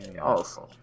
awesome